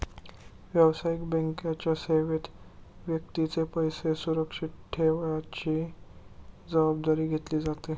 व्यावसायिक बँकेच्या सेवेत व्यक्तीचे पैसे सुरक्षित ठेवण्याची जबाबदारी घेतली जाते